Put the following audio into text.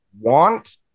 want